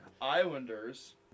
Islanders